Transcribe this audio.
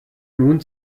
nun